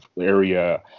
area